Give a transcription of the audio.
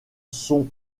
sont